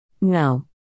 No